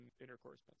intercourse